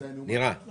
סליחה, עולה.